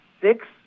six